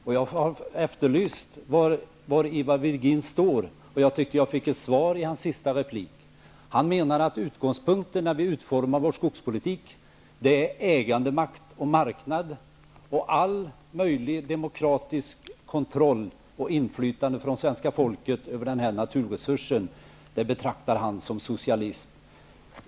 Jag har efterlyst var Ivar Virgin står, och jag fick ett svar i hans senaste replik. Han menar att utgångspunkten när vi utformar vår skogspolitik är ägandemakt och marknad, och all möjlig demokratisk kontroll och inflytande från svenska folket över den naturresursen betraktar han som socialism.